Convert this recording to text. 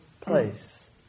place